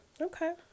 Okay